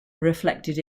reflected